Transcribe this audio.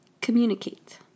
communicate